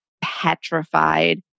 petrified